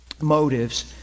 motives